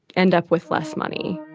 end up with less money